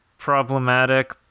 problematic